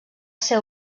ser